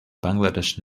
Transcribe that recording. bangladesh